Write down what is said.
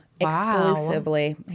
exclusively